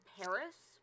Paris